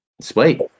Sweet